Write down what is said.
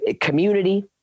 community